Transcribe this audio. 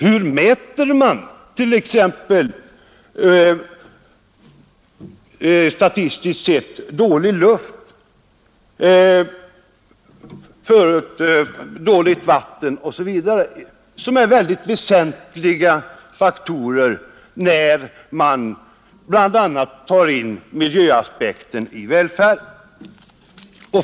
Hur mäter man t.ex. statistiskt sett dålig luft, dåligt vatten osv., som är mycket väsentliga faktorer när man bl.a. tar in miljöaspekten i välfärden?